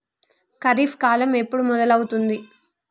ఖరీఫ్ కాలం ఎప్పుడు మొదలవుతుంది?